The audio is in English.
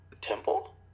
Temple